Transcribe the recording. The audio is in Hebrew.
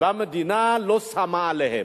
והמדינה לא שמה עליהם.